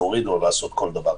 להוריד או לעשות כל דבר.